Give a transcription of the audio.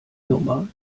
nummer